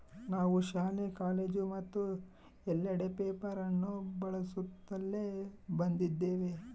ನಾವು ಶಾಲೆ, ಕಾಲೇಜು ಮತ್ತು ಎಲ್ಲೆಡೆ ಪೇಪರ್ ಅನ್ನು ಬಳಸುತ್ತಲೇ ಬಂದಿದ್ದೇವೆ